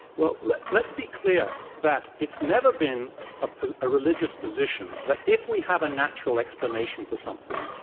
well, let's let's be clear that it's never been ah a religious position that if we have a natural explanation for something,